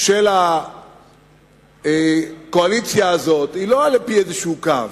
של הקואליציה הזאת היא לא על-פי איזה קו,